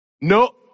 No